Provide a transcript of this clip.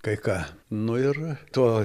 kai ką nu ir to